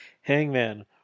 Hangman